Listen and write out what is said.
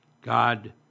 God